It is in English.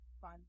Fun